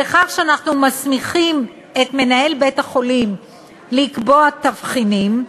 בכך שאנחנו מסמיכים את מנהל בית-החולים לקבוע תבחינים,